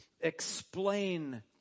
explain